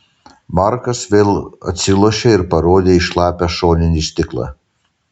markas vėl atsilošė ir parodė į šlapią šoninį stiklą